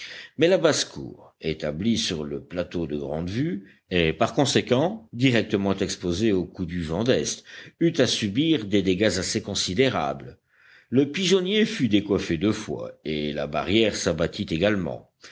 mais la basse-cour établie sur le plateau de grandevue et par conséquent directement exposée aux coups du vent d'est eut à subir des dégâts assez considérables le pigeonnier fut décoiffé deux fois et la barrière s'abattit également